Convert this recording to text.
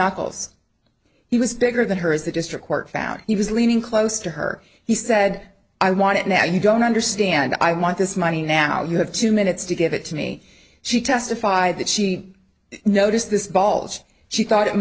novels he was bigger than her as the district court found he was leaning close to her he said i want it now you don't understand i want this money now you have two minutes to give it to me she testified that she noticed this balls she thought it